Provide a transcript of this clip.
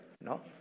No